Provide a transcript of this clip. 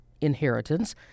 inheritance